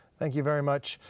thank you very much.